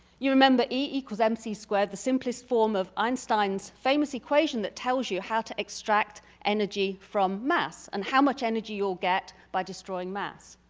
you remember e mc squared, the simplest form of einstein's famous equation that tells you how to extract energy from mass and how much energy you'll get by destroying mass.